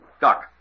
Doc